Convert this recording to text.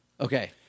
Okay